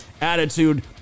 attitude